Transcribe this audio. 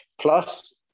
plus